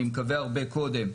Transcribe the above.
אני מקווה הרבה קודם,